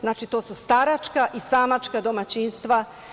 Znači, to su staračka i samačka domaćinstva.